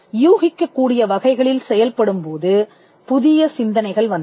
யூகிக்கக்கூடிய வகைகளில் செயல்படும்போது புதிய சிந்தனைகள் வந்தன